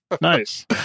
Nice